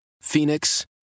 Phoenix